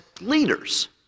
leaders